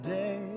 day